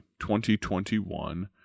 2021